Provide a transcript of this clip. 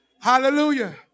Hallelujah